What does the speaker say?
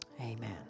amen